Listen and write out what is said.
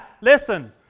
Listen